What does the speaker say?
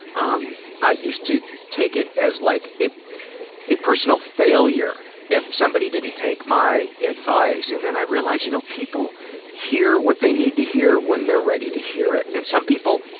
um i used to take it as like a personal failure if somebody didn't take my advice, and then i realized you know people hear what they need to hear when they're ready to hear it. and some people,